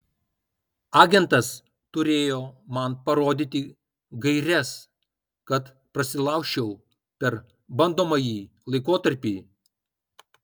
agentas turėjo man parodyti gaires kad prasilaužčiau per bandomąjį laikotarpį